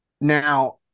Now